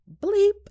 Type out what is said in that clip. Bleep